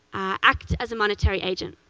act as a monetary agent.